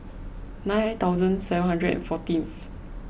nine thousand seven hundred and fourteenth